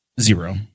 zero